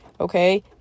Okay